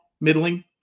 middling